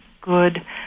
good